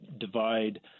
divide